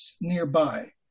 nearby